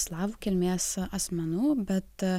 slavų kilmės asmenų bet